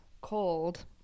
Cold